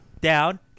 down